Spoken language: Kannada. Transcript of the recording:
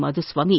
ಮಾಧುಸ್ವಾಮಿ